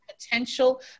potential